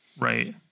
right